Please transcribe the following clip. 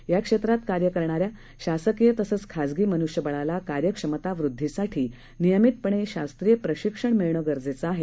याक्षेत्रातकार्यकरणाऱ्याशासकीयतसंचखाजगीमन्ष्यबळालाकार्यक्षमतावृद्धीसाठीनियमितप णेशास्त्रीयप्रशिक्षणमिळणंगरजेचेआहे